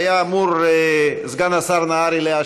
שהיה אמור עליה להשיב סגן השר נהרי.